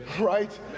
right